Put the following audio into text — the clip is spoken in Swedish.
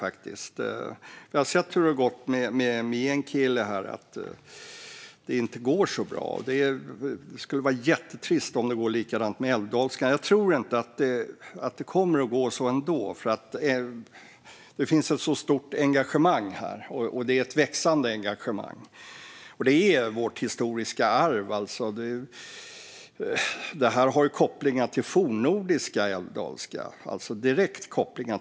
Jag har sett hur det gått med meänkieli, och det går inte så bra. Det skulle vara jättetrist om det blir likadant med älvdalskan. Men jag tror inte att det kommer att gå så. Det finns ett så stort engagemang, och det är ett växande engagemang. Det här är också vårt historiska arv. Älvdalska har kopplingar till fornnordiska, alltså direkta kopplingar.